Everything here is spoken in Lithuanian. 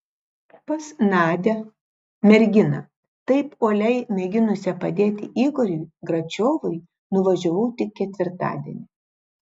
pas nadią merginą taip uoliai mėginusią padėti igoriui gračiovui nuvažiavau tik ketvirtadienį